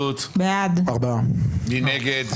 מי נגד?